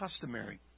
customary